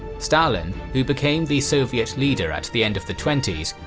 stalin, who became the soviet leader at the end of the twenty s,